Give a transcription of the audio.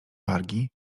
wargi